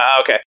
okay